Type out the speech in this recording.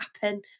happen